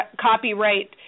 copyright